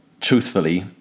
truthfully